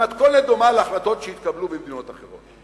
במתכונת דומה להחלטות שהתקבלו במדינות אחרות.